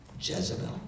Jezebel